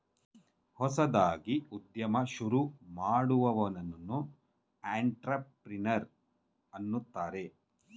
ಹೊಸದಾಗಿ ಉದ್ಯಮ ಶುರು ಮಾಡುವವನನ್ನು ಅಂಟ್ರಪ್ರಿನರ್ ಎನ್ನುತ್ತಾರೆ